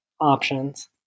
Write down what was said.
options